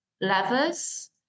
levers